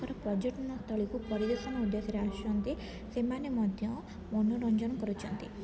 ପର୍ଯ୍ୟଟନସ୍ଥଳୀକୁ ପରିଦର୍ଶନ ଉଦ୍ଦେଶରେ ଆସୁଛନ୍ତି ସେମାନେ ମଧ୍ୟ ମନୋରଞ୍ଜନ କରୁଛନ୍ତି